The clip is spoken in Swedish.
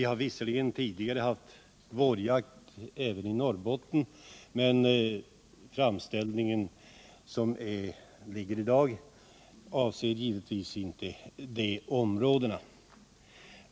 Vi har visserligen tidigare haft vårjakt även i Norrbotten, men den framställning vi behandlar i dag avser givetvis inte det området.